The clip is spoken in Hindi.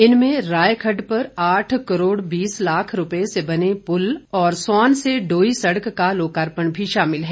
इनमें राय खड्ड पर आठ करोड़ बीस लाख रुपए से बने पुल और स्वान से डोई सड़क का लोकार्पण भी शामिल है